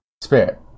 Spirit